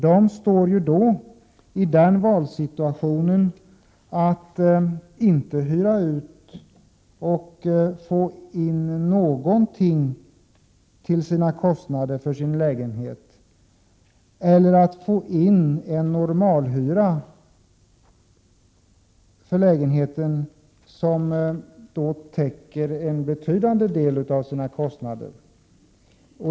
De står då i valet mellan att inte hyra ut och då inte få in någonting till sina kostnader för lägenheten eller att hyra ut och få in en normalhyra för lägenheten som täcker en betydande del av kostnaderna.